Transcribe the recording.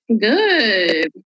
Good